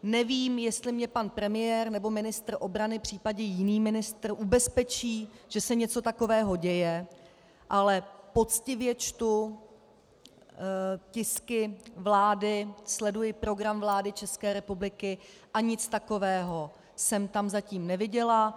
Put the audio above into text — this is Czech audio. Nevím, jestli mě pan premiér nebo ministr obrany, příp. jiný ministr ubezpečí, že se něco takového děje, ale poctivě čtu tisky vlády, sleduji program vlády České republiky a nic takového jsem tam zatím neviděla.